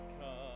come